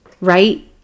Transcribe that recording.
right